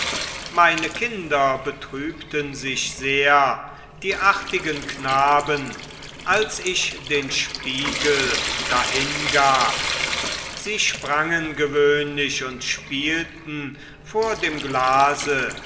meine kinder betrübten sich sehr die artigen knaben als ich den spiegel dahingab sie sprangen gewöhnlich und spielten vor dem glase